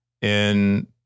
in-